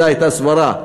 זו הייתה סברה.